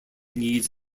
needs